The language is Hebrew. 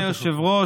אדוני היושב-ראש,